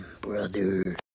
brother